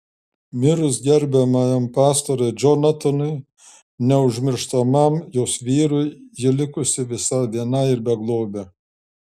mirus garbiajam pastoriui džonatanui neužmirštamam jos vyrui ji likusi visai viena ir beglobė